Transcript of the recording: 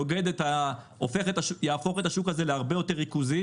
זה דבר שיהפוך את השוק הזה להרבה יותר ריכוזי.